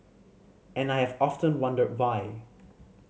and I have often wondered why